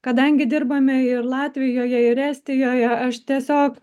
kadangi dirbame ir latvijoje ir estijoje aš tiesiog